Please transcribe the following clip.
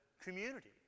community